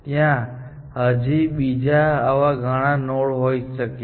ત્યાં હજી બીજા આવા ગણા નોડ હોઈ શકે છે